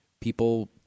people